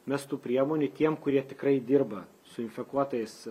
mes tų priemonių tiem kurie tikrai dirba su infekuotais